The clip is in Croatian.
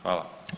Hvala.